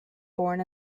born